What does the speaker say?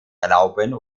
erlauben